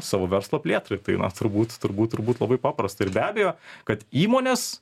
savo verslo plėtrai tai vat turbūt turbūt turbūt labai paprasta ir be abejo kad įmonės